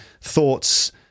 thoughts